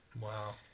Wow